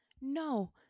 No